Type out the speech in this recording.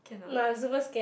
nah I'm super scared